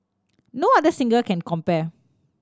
no other singer can compare